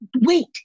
wait